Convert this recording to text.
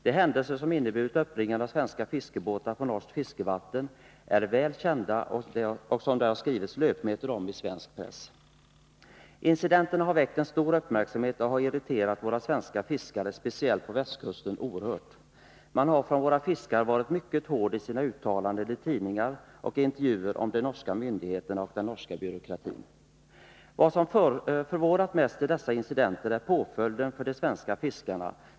De händelser som inneburit uppbringande av svenska fiskebåtar på norskt fiskevatten är väl kända, och det har skrivits löpmetrar om dem i svensk press. Incidenterna har väckt stor uppmärksamhet och irriterat våra svenska fiskare oerhört, speciellt på västkusten. Våra fiskare har i tidningar och intervjuer varit mycket hårda i sina uttalanden om de norska myndigheterna och den norska byråkratin. Det som förvånat mest i dessa incidenter är påföljden för de svenska fiskarna.